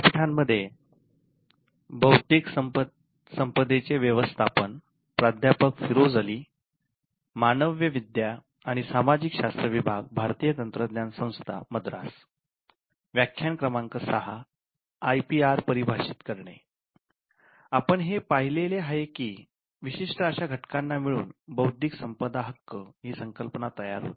आपण हे पाहिलेले आहे की विशिष्ट अशा घटकांना मिळुन 'बौद्धिक संपदा हक्क ' ही संकल्पना तयार होते